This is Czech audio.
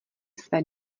své